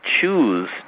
choose